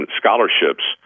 scholarships